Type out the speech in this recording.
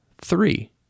three